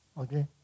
Okay